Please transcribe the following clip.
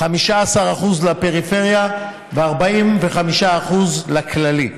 15% לפריפריה ו-45% לכללי.